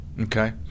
Okay